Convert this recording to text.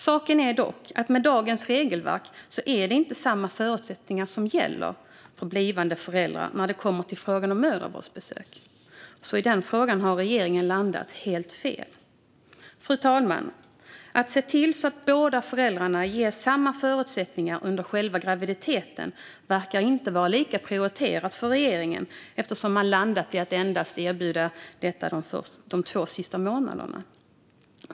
Saken är dock att med dagens regelverk är det inte samma förutsättningar som gäller för blivande föräldrar när det kommer till frågan om mödravårdsbesök. I den frågan har regeringen landat helt fel. Fru talman! Att se till så att båda föräldrarna ges samma förutsättningar under själva graviditeten verkar inte vara lika prioriterat för regeringen, eftersom man landat i att erbjuda detta endast de två sista månaderna.